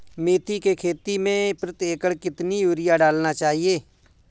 मेथी के खेती में प्रति एकड़ कितनी यूरिया डालना चाहिए?